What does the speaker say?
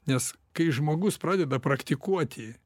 nes kai žmogus pradeda praktikuoti